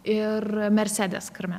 ir mercedes karmen